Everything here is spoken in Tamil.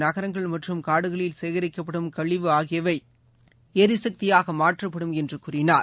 நகரங்கள் மற்றம் காடுகளில் சேகரிக்கப்படும் கழிவு ஆகியவை எரிசக்தியாக மாற்றப்படும் என்று கூறினார்